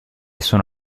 sono